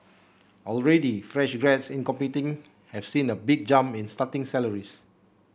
already fresh grads in computing have seen a big jump in starting salaries